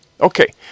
okay